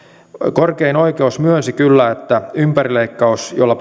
korkein oikeus myönsi kyllä että ympärileikkaus jolla